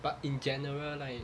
but in general like